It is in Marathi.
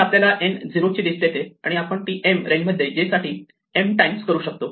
हे आपल्याला n झीरोची लिस्ट देते आणि आपण ती m रेंज मध्ये j साठी m टाइम्स करू शकतो